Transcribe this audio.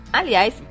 Aliás